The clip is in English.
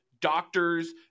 doctors